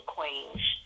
Queen's